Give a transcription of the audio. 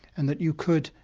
and that you could,